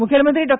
म्खेलमंत्री डॉ